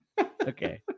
Okay